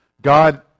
god